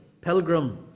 pilgrim